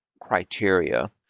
criteria